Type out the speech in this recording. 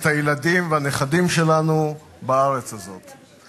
את הילדים והנכדים שלנו בארץ הזאת.